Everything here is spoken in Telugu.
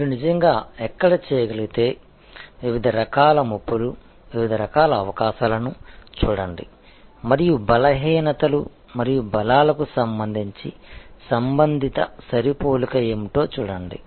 మీరు నిజంగా ఎక్కడ చేయగలిగితే వివిధ రకాల ముప్పులు వివిధ రకాల అవకాశాలను చూడండి మరియు బలహీనతలు మరియు బలాలకు సంబంధించి సంబంధిత సరిపోలిక ఏమిటో చూడండి